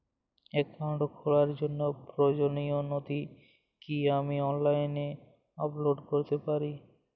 Account খোলার জন্য প্রয়োজনীয় নথি কি আমি অনলাইনে আপলোড করতে পারি?